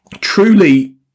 truly